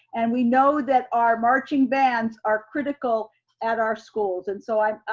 and we know that our marching bands are critical at our schools. and so i,